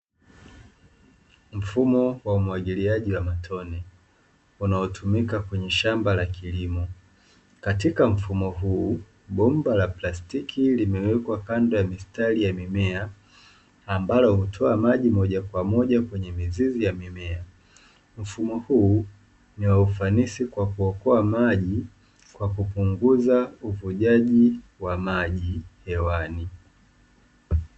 Mfumo wa umwagiliaji wa matone, unaotumika kwenye shamba la kilimo. Katika mfumo huu bomba la plastiki limewekwa kando ya mistari ya mimea, ambalo hutoa maji moja kwa moja kwenye mizizi ya mimea. Mfumo huu ni wa ufanisi kwa kuokoa maji, kwa kupunguza uvujaji wa maji hewani.